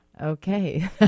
Okay